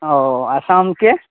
اوہ اور شام کے